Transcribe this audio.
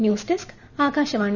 news desk Akashvani